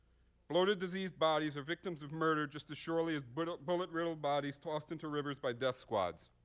bloated, diseased bodies are victims of murder just as surely as but bullet-riddled bodies tossed into rivers by death squads.